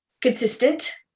consistent